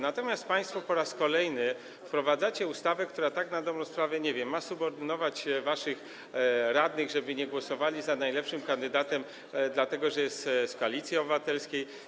Natomiast państwo po raz kolejny wprowadzacie ustawę, która tak na dobrą sprawę, nie wiem, ma subordynować waszych radnych, żeby nie głosowali za najlepszym kandydatem, dlatego że jest z Koalicji Obywatelskiej.